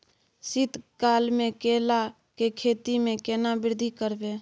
शीत काल मे केला के खेती में केना वृद्धि करबै?